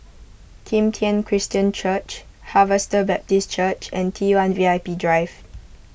Kim Tian Christian Church Harvester Baptist Church and T one V I P Drive